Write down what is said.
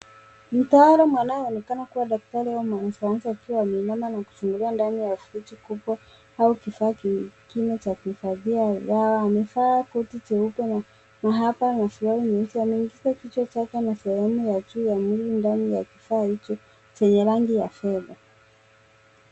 Mtaalamu anayeonekana kuwa daktari au mwanasayansi akiwa ameinama na kuchungulia ndani ya friji kubwa au kifaa kingine cha kuhifadhia dawa. Amevaa koti jeupe na maabara na suruali nyeusi. Ameingiza kichwa chake na sehemu ya juu ya mwili ndani ya kifaa hicho chenye rangi ya fedha.